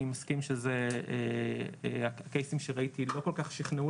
אני מסכים שהקייסים שראיתי לא כל כך שכנעו